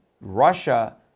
Russia